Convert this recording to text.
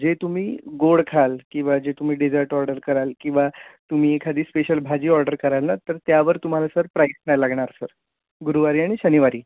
जे तुम्ही गोड खाल किंवा जे तुम्ही डेजर्ट ऑर्डर कराल किंवा तुम्ही एखादी स्पेशल भाजी ऑर्डर कराल ना तर त्यावर तुम्हाला सर प्राईस नाही लागणार सर गुरुवारी आणि शनिवारी